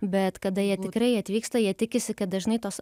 bet kada jie tikrai atvyksta jie tikisi kad dažnai tos